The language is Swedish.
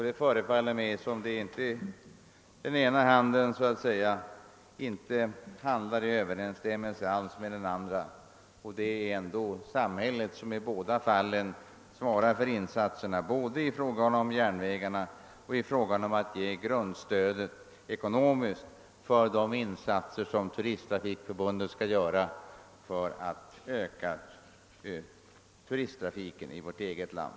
Det förefaller mig som den ena handen inte handlar i överensstämmelse med den andra, trots att det är samhället som svarar både för järnvägarna och för det ekonomiska grundstödet till de insatser som Turisttrafikförbundet skall göra för att öka turisttrafiken i vårt land.